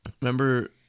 remember